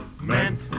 meant